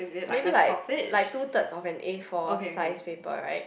maybe like like two thirds of an A four size paper right